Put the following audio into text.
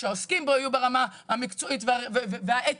שהעוסקים בו יהיו ברמה המקצועית והאתית